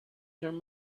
turn